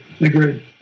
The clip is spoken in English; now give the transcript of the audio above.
Agreed